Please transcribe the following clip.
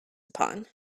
upon